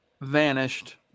vanished